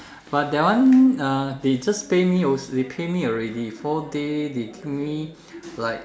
but that one uh they just pay me they pay me already four day they give me like